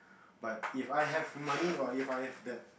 but If I have money or If I have that